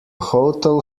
hotel